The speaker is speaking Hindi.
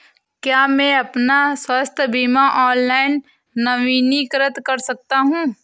क्या मैं अपना स्वास्थ्य बीमा ऑनलाइन नवीनीकृत कर सकता हूँ?